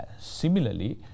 similarly